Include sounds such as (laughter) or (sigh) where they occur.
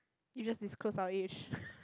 you just disclose our age (laughs)